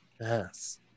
Yes